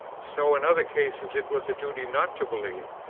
so in other cases it was a duty not to believe,